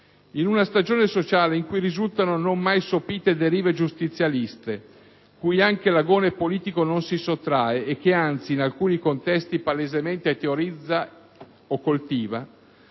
in una stagione sociale in cui risultano non mai sopite derive giustizialiste, cui anche l'agone politico non si sottrae, e che anzi in alcuni contesti palesemente teorizza o coltiva;